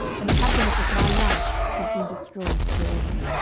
and the happiness of my life has been destroyed for ever.